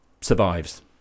survives